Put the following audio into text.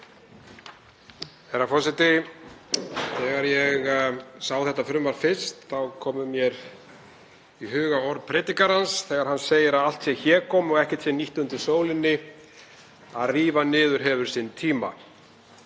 Þegar ég sá þetta frumvarp fyrst þá komu mér í huga orð predikarans þegar hann segir að allt sé hégómi og ekkert sé nýtt undir sólinni. Að rífa niður hefur sinn tíma.